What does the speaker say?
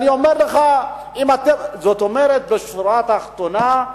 בשורה התחתונה,